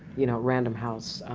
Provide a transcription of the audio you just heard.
you know, random house.